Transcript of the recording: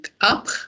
up